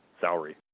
salary